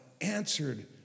answered